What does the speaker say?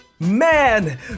Man